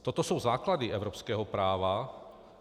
Toto jsou základy evropského práva.